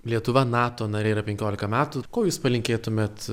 lietuva nato narė yra penkiolika metų ko jūs palinkėtumėt